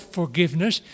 forgiveness